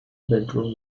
bedroom